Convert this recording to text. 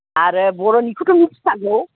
आरो बर'निखौथ' मिथिखागौ